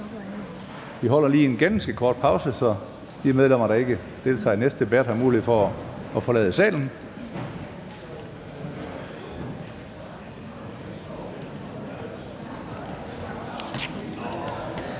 Vi holder lige en ganske kort pause, så de medlemmer, der ikke deltager i næste debat, har mulighed for at forlade salen.